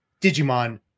Digimon